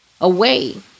away